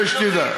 זה שתדע.